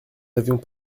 n’avions